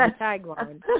tagline